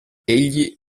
egli